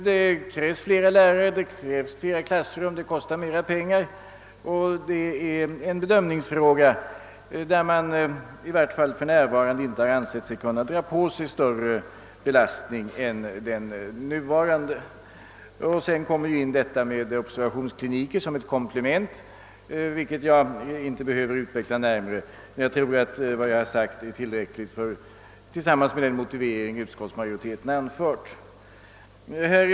Det krävs då flera lärare, det krävs flera klassrum och det kostar mera pengar. Detta är en bedömningsfråga. Man har i varje fall inte för närvarande ansett sig kunna dra på sig större belastning än den nuvarande. Sedan kommer ju detta med observationskliniker in som ett komplement, vilket jag inte närmare behöver utveckla. Jag tror att vad jag har sagt och den motivering utskottsmajoriteten anfört är tillräckligt.